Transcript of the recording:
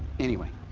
anyway.